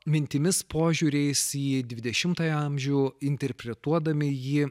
mintimis požiūriais į dvidešimtąjį amžių interpretuodami jį